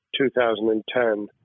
2010